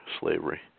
slavery